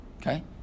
Okay